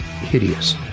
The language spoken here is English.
hideous